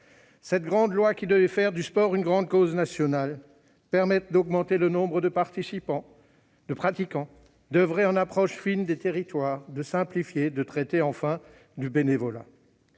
cette grande loi qui devait faire du sport une grande cause nationale, permettre d'augmenter le nombre de pratiquants, d'oeuvrer en approche fine des territoires, de simplifier, de traiter enfin du bénévolat